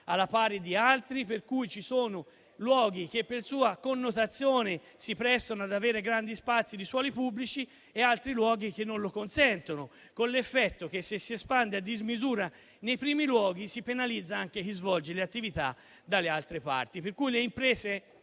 alla pari di altri, per cui ci sono luoghi che, per loro connotazione, si prestano ad avere grandi spazi di suoli pubblici e altri che non lo consentono. L'effetto è che, se ci si espande a dismisura nei primi luoghi, si penalizza chi svolge attività in altre parti,